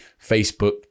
Facebook